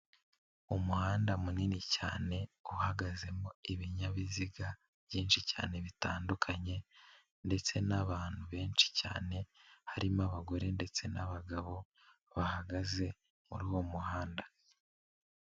Umuhanda munini cyane uhagazemo ibinyabiziga byinshi cyane bitandukanye, ndetse n'abantu benshi cyane harimo abagore ndetse n'abagabo bahagaze muri uwo muhanda.